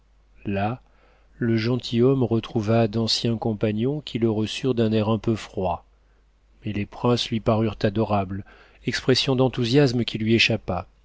là le gentilhomme retrouva d'anciens compagnons qui le reçurent d'un air un peu froid mais les princes lui parurent adorables expression d'enthousiasme qui lui échappa